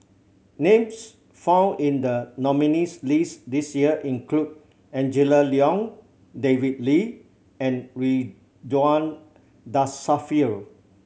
names found in the nominees' list this year include Angela Liong David Lee and Ridzwan Dzafir